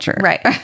Right